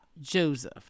Joseph